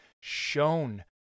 shown